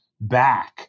back